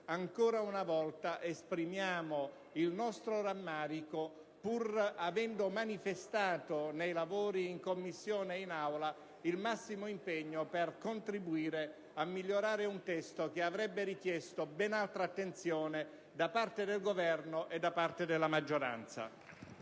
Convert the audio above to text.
ancora una volta esprimiamo il nostro rammarico, pur avendo manifestato nei lavori in Commissione ed in Aula il massimo impegno per contribuire a migliorare un testo che avrebbe richiesto ben altra attenzione da parte del Governo e della maggioranza.